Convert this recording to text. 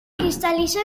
cristal·litza